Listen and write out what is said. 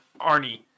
Arnie